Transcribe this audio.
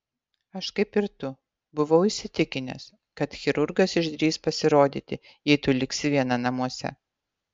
aš kaip ir tu buvau įsitikinęs kad chirurgas išdrįs pasirodyti jei tu liksi viena namuose